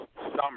summer